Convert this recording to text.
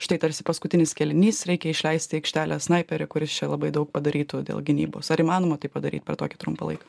štai tarsi paskutinis kėlinys reikia išleisti į aikštelę snaiperį kuris čia labai daug padarytų dėl gynybos ar įmanoma tai padaryt per tokį trumpą laiką